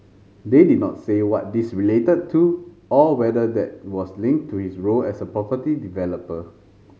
they did not say what these related to or whether that was linked to his role as a property developer